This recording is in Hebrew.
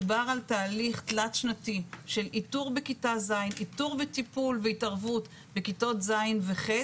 מדובר על תהליך תלת שנתי של איתור וטיפול והתערבות בכיתות ז' ו-ח',